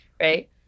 right